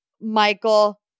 Michael